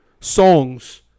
songs